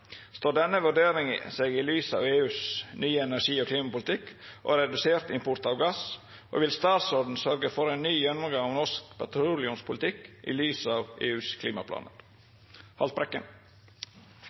står seg i dag, i lys av EUs nye energi- og klimapolitikk og deres behov, eller deres reduserte behov, for import av gass. Vi i SV mener i hvert fall det trengs en ny gjennomgang av norsk petroleumspolitikk i lys av